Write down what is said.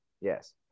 Yes